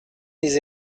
des